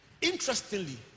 Interestingly